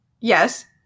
Yes